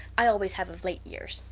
i always have of late years.